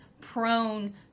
prone